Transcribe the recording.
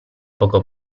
poco